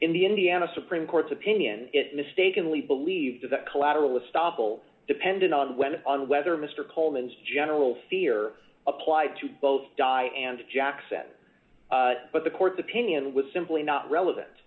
in the indiana supreme court's opinion it mistakenly believed that collateral estoppel depended on when and whether mr coleman's d general fear applied to both die and jackson but the court's opinion was simply not relevant